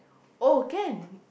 oh can